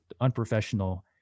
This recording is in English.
unprofessional